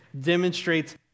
demonstrates